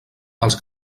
els